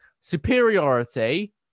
superiority